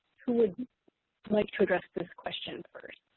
who would like to address this question first?